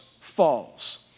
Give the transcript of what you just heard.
falls